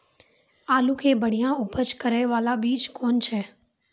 आलू के बढ़िया उपज करे बाला बीज कौन छ?